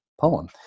poem